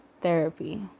therapy